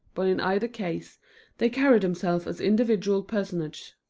but in either case they carry themselves as individual personages.